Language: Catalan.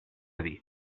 dir